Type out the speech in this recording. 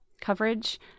coverage